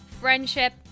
friendship